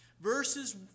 verses